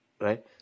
Right